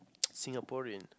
Singaporean